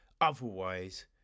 otherwise